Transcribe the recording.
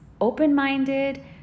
open-minded